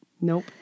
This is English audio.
Nope